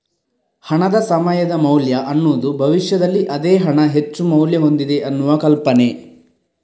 ಹಣದ ಸಮಯದ ಮೌಲ್ಯ ಅನ್ನುದು ಭವಿಷ್ಯದಲ್ಲಿ ಅದೇ ಹಣ ಹೆಚ್ಚು ಮೌಲ್ಯ ಹೊಂದಿದೆ ಅನ್ನುವ ಕಲ್ಪನೆ